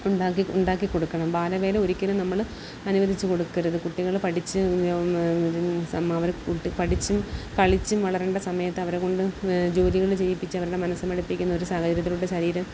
ഉണ്ടാക്കി ഉണ്ടാക്കിക്കൊടുക്കണം ബാലവേല ഒരിക്കലും നമ്മൾ അനുവദിച്ച് കൊടുക്കരുത് കുട്ടികള് പഠിച്ച് ഇത് കൂട്ട് പടിച്ച് കളിച്ചും വളരേണ്ട സമയത്ത് അവരെക്കൊണ്ട് ജോലികൾ ചെയ്യിപ്പിച്ച് അവരുടെ മനസ്സ് മടുപ്പിക്കുന്ന ഒരു സാഹചര്യത്തിലൂടെ ശരീരം